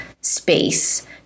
space